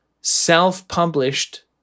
self-published